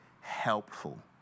helpful